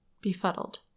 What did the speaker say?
befuddled